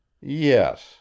Yes